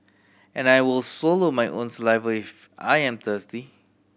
and I will swallow my own saliva if I am thirsty